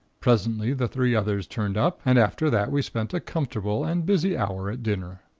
presently the three others turned up and after that we spent a comfortable and busy hour at dinner.